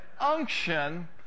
unction